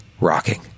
rocking